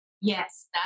Yes